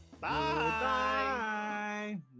Bye